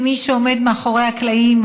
למי שעומד מאחורי הקלעים,